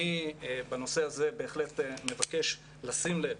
בנושא הזה אני מבקש לשים לב,